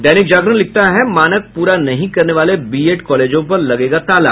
दैनिक जागरण लिखता है मानक पूरा नहीं करने वाले बीएड कॉलेजों पर लगेगा ताला